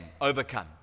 overcome